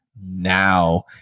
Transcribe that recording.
now